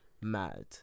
mad